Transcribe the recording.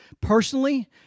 personally